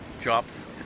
drops